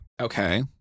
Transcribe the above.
Okay